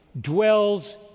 dwells